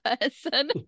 person